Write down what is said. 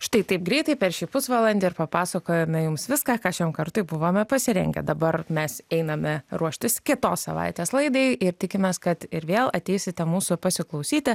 štai taip greitai per šį pusvalandį ir papasakojome jums viską ką šiam kartui buvome pasirengę dabar mes einame ruoštis kitos savaitės laidai ir tikimės kad ir vėl ateisite mūsų pasiklausyti